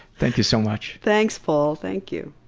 thank you so much. thanks, paul. thank you.